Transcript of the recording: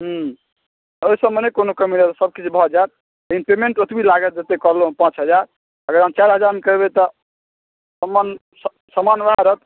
ह्म्म ओहिसभमे नहि कोनो कमी रहत सभकिछु भऽ जायत लेकिन पेमेंट ओतबी लागत जतेक कहलहुँ पाँच हजार अगर हम चारि हजारमे करबै तऽ हमर सामान स सामान उएह रहत